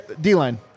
D-line